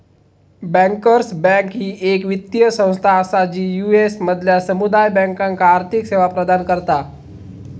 bankers bank ही येक वित्तीय संस्था असा जी यू.एस मधल्या समुदाय बँकांका आर्थिक सेवा प्रदान करता